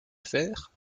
affaire